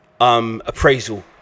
Appraisal